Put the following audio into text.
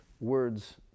words